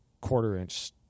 quarter-inch